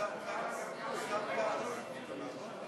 השר כץ, השר כץ,